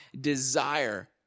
desire